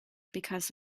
because